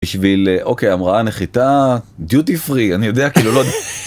בשביל, אוקיי, המראה, נחיתה, דיוטי פרי, אני יודע, כאילו, לא יודע.